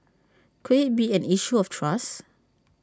could IT be an issue of trust